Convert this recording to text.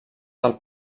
del